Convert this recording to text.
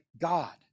God